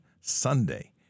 Sunday